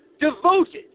Devoted